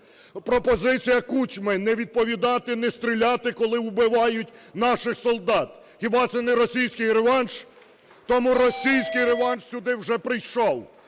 Пропозиція Кучми не відповідати, не стріляти, коли вбивають наших солдат – хіба це не російський реванш? Тому російський реванш сюди вже прийшов.